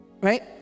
Right